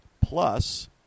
plus